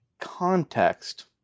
context